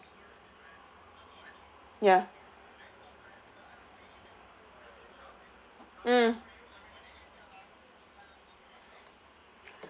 ya mm